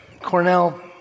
Cornell